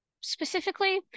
specifically